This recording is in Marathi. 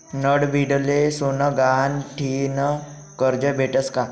नडभीडले सोनं गहाण ठीन करजं भेटस का?